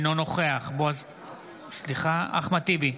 אינו נוכח אחמד טיבי,